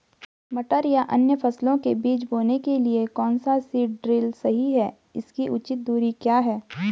मटर या अन्य फसलों के बीज बोने के लिए कौन सा सीड ड्रील सही है इसकी उचित दूरी क्या है?